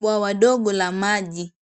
Bwawa ndogo la maji